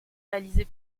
réaliser